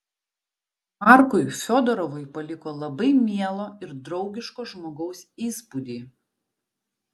markui fiodorovui paliko labai mielo ir draugiško žmogaus įspūdį